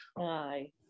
Aye